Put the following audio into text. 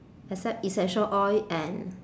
except essential oil and